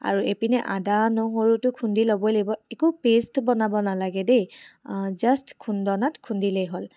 আৰু এইপিনে আদা নহৰুটো খুন্দি ল'বই লাগিব একো পে'ষ্ট বনাব নালাগে দেই জাষ্ট খুন্দনাত খুন্দিলেই হ'ল